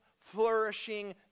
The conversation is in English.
flourishing